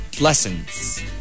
lessons